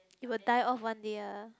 it will die off one day ah